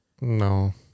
No